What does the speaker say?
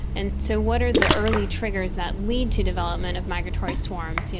and so what are the early triggers that lead to development of migratory swarms,